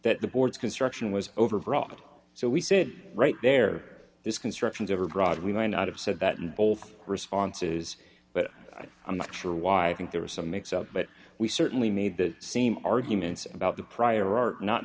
that the board's construction was overbroad so we said right there is constructions overbroad we might not have said that in bold responses but i'm not sure why i think there was some mix up but we certainly made the same arguments about the prior art not